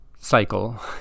cycle